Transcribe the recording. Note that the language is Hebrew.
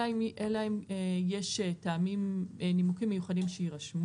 אלא אם יש נימוקים מיוחדים שיירשמו.